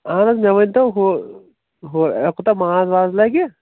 اَہَن حظ مےٚ ؤنۍتو ہُہ کوٗتاہ ماز واز لَگہِ